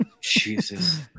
Jesus